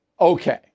Okay